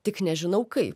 tik nežinau kaip